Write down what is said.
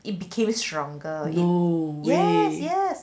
it became stronger yes yes